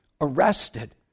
arrested